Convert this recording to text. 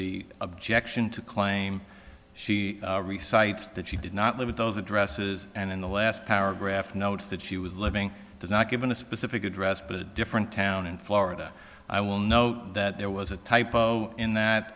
the objection to claim she recites that she did not look at those addresses and in the last paragraph notes that she was living not given a specific address but a different town in florida i will note that there was a typo in that